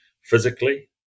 physically